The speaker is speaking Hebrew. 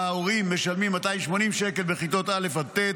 שבה ההורים משלמים 280 שקל בכיתות א' עד ט',